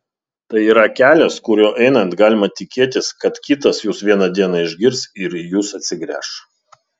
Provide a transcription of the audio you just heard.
tai yra kelias kuriuo einant galima tikėtis kad kitas jus vieną dieną išgirs ir į jus atsigręš